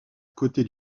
côté